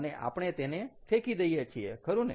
અને આપણે તેને ફેંકી દઈએ છીએ ખરુ ને